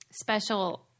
special